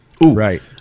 Right